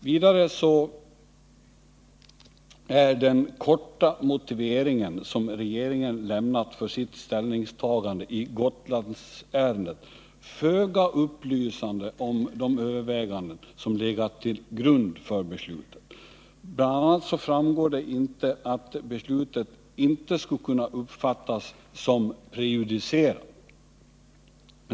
Vidare är den korta motivering som regeringen lämnat för sitt ställningstagande i Gotlandsärendet föga upplysande när det gäller de överväganden som legat till grund för beslutet. Bl. a. framgår det inte att beslutet inte skulle uppfattas som prejudicerande.